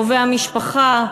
קרובי המשפחה,